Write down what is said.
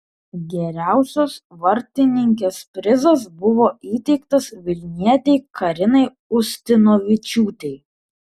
geriausios vartininkės prizas buvo įteiktas vilnietei karinai ustinovičiūtei